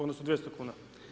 Odnosno 200 kuna.